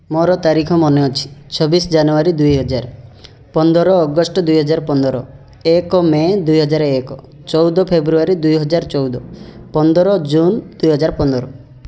ମୋର ତାରିଖ ମନେ ଅଛି ଛବିଶ ଜାନୁୟାରୀ ଦୁଇହଜାର ପନ୍ଦର ଅଗଷ୍ଟ ଦୁଇହଜାର ପନ୍ଦର ଏକ ମେ ଦୁଇହଜାର ଏକ ଚଉଦ ଫେବୃୟାରୀ ଦୁଇହଜାର ଚଉଦ ପନ୍ଦର ଜୁନ୍ ଦୁଇହଜାର ପନ୍ଦର